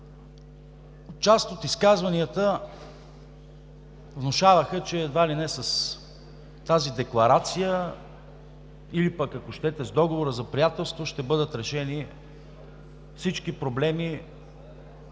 Част от изказванията внушаваха, че едва ли не с тази декларация или, ако щете, с договора за приятелство, ще бъдат решени всички проблеми,